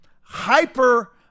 hyper